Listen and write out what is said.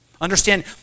Understand